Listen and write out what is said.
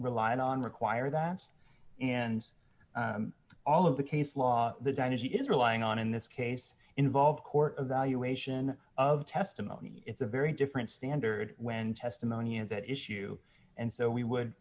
relied on require that in all of the case law the diner's he is relying on in this case involved court evaluation of testimony it's a very different standard when testimony is at issue and so we would